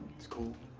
it's cool.